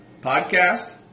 Podcast